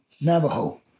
Navajo